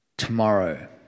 tomorrow